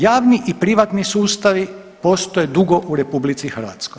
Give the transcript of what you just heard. Javni i privatni sustavi postoje dugo u RH.